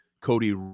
Cody